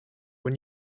when